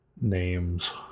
names